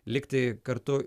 likti kartu